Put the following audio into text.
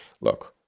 look